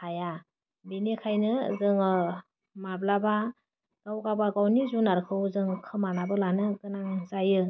हाया बिनिखायनो जोङो माब्लाबा गाव गाबा गावनि जुनारखौ जों खोमानाबो लानो गोनां जायो